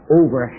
over